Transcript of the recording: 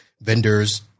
Vendors